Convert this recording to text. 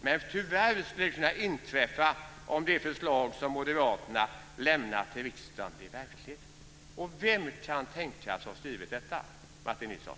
men tyvärr skulle det kunna inträffa om de förslag som moderaterna lämnat till riksdagen blev verklighet." Vem kan tänkas ha skrivit detta, Martin Nilsson?